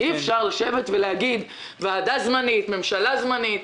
אי אפשר לשבת ולהגיד, ועדה זמנית, ממשלה זמנית.